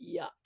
yuck